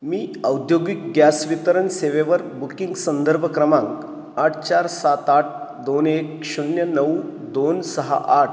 मी औद्योगिक ग्यास वितरण सेवेवर बुकिंग संदर्भ क्रमांक आठ चार सात आठ दोन एक शून्य नऊ दोन सहा आठ